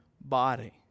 body